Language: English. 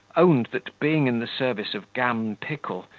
owned that being in the service of gam pickle,